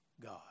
God